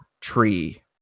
tree